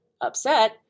upset